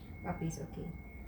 puppies okay